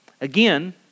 Again